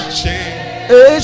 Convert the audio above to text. change